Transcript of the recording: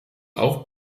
auch